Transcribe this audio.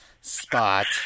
spot